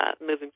moving